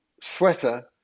sweater